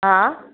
हा